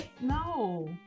No